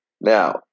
Now